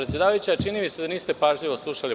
Predsedavajuća čini mi se da niste pažljivo slušali